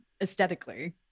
aesthetically